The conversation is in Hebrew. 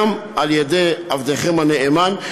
גם על-ידי עבדכם הנאמן,